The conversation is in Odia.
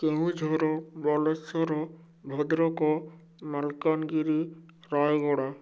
କେଉଁଝର ବାଲେଶ୍ଵର ଭଦ୍ରକ ମାଲକାନଗିରି ରାୟଗଡ଼ା